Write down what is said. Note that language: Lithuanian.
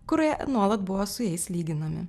kurie nuolat buvo su jais lyginami